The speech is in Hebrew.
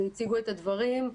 הם הציגו את הדברים.